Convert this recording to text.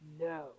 No